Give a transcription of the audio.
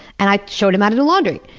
and i showed him how to do laundry.